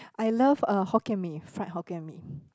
I love uh Hokkien Mee fried Hokkien Mee